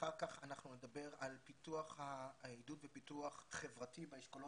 אחר כך אנחנו נדבר על עידוד ופיתוח חברתי באשכולות.